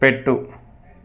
పెట్టు